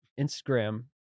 Instagram